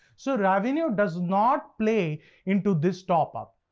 so revenue does not play into this top-up,